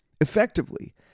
Effectively